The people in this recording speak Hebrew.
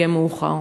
יהיה מאוחר.